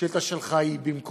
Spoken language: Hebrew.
השאילתה שלך במקומה,